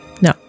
no